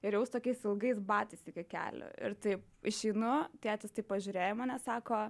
ir tokiais ilgais batais iki kelių ir taip išeinu tėtis taip pažiūrėjo į mane sako